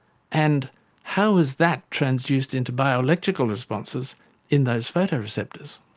and how is that transduced into bioelectrical responses in those photoreceptors?